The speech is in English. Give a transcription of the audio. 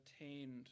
attained